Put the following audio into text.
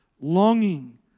longing